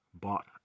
bought